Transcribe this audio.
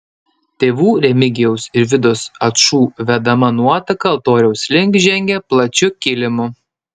tėvų remigijaus ir vidos ačų vedama nuotaka altoriaus link žengė plačiu kilimu